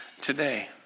Today